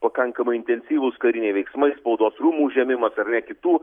pakankamai intensyvūs kariniai veiksmai spaudos rūmų užėmimas ar ne kitų